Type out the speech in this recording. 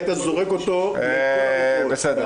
היית זורק אותו לכל הרוחות,